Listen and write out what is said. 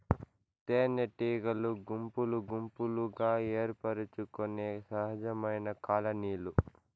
తేనెటీగలు గుంపులు గుంపులుగా ఏర్పరచుకొనే సహజమైన కాలనీలు